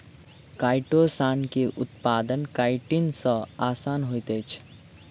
chitosan के उत्पादन chitin सॅ आसान होइत अछि